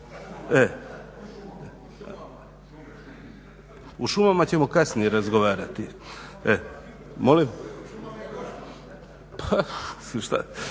O šumama ćemo kasnije razgovarati. Molim? …